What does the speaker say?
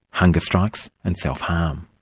hunger strikes, and self harm.